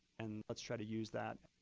and let's try to use that